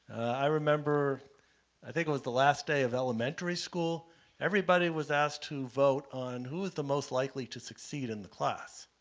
i remember i think it was the last day of elementary school everyone was asked to vote on who is the most likely to succeed in the class.